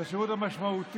על השירות המשמעותי,